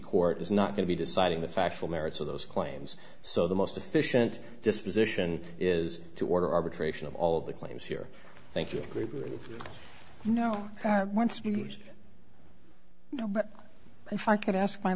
court is not going to be deciding the factual merits of those claims so the most efficient disposition is to order arbitration of all the claims here thank you group no you know but if i could ask